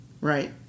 Right